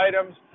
items